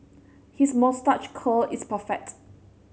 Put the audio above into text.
his moustache curl is perfect